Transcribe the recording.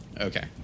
Okay